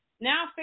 now